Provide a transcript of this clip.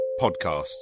podcasts